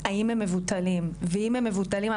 האם הם מבוטלים ואם הם מבוטלים,